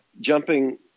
jumping